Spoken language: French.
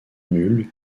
nul